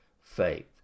faith